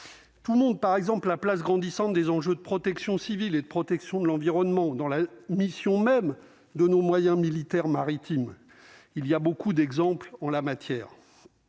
tout le monde, par exemple la place grandissante des enjeux de protection civile et de protection de l'environnement dans la mission même de nos moyens militaires maritimes, il y a beaucoup d'exemple en la matière,